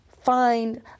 find